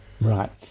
Right